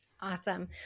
Awesome